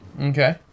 Okay